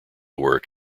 work